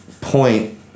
point